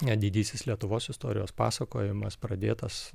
net didysis lietuvos istorijos pasakojimas pradėtas